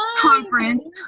conference